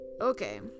okay